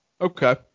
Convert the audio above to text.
Okay